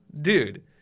Dude